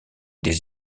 des